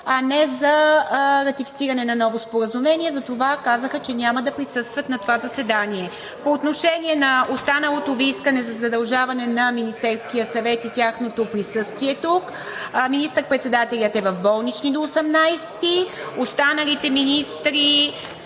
а не за ратифициране на ново споразумение. Затова казаха, че няма да присъстват на това заседание. По отношение на останалото Ви искане за задължаване на Министерския съвет и тяхното присъствие тук. Министър-председателят е в болнични до 18-и, останалите министри,